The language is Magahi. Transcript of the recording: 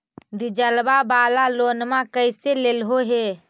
डीजलवा वाला लोनवा कैसे लेलहो हे?